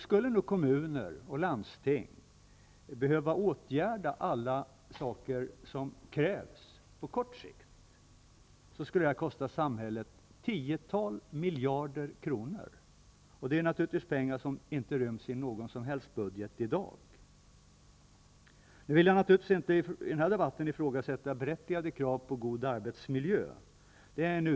Skulle kommuner och landsting behöva åtgärda allt som krävs på kort sikt, skulle det kosta samhället tiotals miljarder kronor -- och det är naturligtvis något som inte ryms i någon budget i dag! Jag skall självfallet i den här debatten inte ifrågasätta berättigade krav på en god arbetsmiljö.